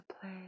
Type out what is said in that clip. play